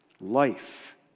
life